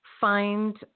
find